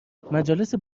مجالس